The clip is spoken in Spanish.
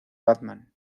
batman